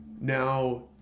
now